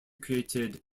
created